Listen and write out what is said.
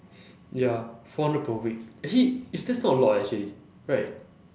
ya four hundred per week actually it's that's not a lot leh actually right